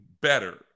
better